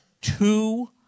two